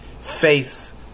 faith